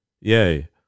Yea